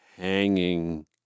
Hanging